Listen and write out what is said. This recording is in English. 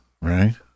Right